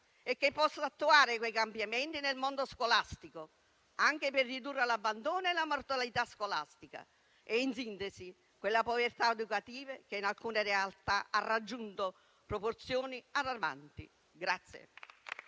e possa attuare quei cambiamenti nel mondo scolastico, anche per ridurre l'abbandono, la mortalità scolastica e, in sintesi, quella povertà educativa che in alcune realtà ha raggiunto proporzioni allarmanti.